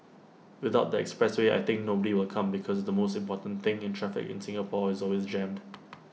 without the expressway I think nobody will come because the most important thing in traffic in Singapore is always jammed